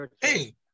hey